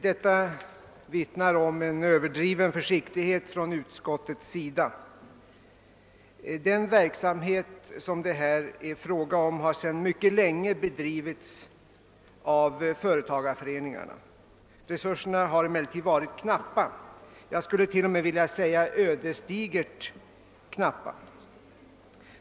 Detta vittnar om en överdriven försiktighet från utskottets sida. Den verksamhet som det här är fråga om har sedan mycket länge bedrivits av företagarföreningarna. Resurserna har emellertid varit knappa, jag skulle t.o.m. vilja säga ödesdigert knappa.